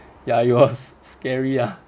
ya it was scary ah